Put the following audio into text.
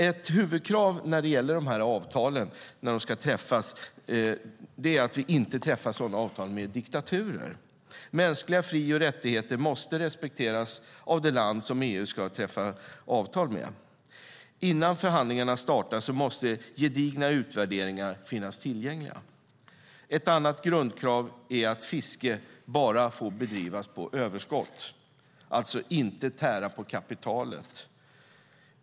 Ett huvudkrav när det gäller att träffa dessa avtal är att vi inte träffar dem med diktaturer. Mänskliga fri och rättigheter måste respekteras av det land EU ska träffa avtal med. Innan förhandlingarna startar måste gedigna utvärderingar finnas tillgängliga. Ett annat grundkrav är att fiske bara får bedrivas på överskott och alltså inte tära på kapitalet.